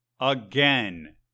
Again